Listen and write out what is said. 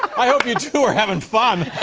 i hope you two two are having fun.